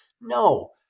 No